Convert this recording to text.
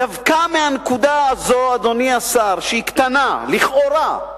דווקא מהנקודה הזאת, אדוני השר, שהיא קטנה לכאורה,